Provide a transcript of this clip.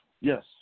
yes